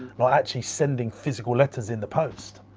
actually sending physical letters in the post.